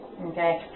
Okay